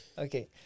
Okay